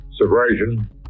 Subversion